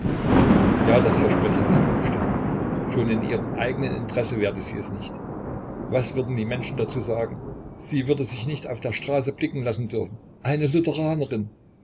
ja das verspreche sie ihm bestimmt schon in ihrem eigenen interesse werde sie es nicht was würden die menschen dazu sagen sie würde sich nicht auf der straße blicken lassen dürfen eine